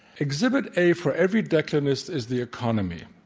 exhibit a for every declinist is the economy,